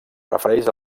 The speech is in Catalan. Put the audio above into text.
prefereix